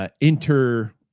inter